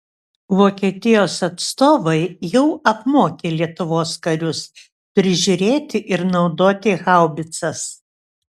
vokietijos atstovai jau apmokė lietuvos karius prižiūrėti ir naudoti haubicas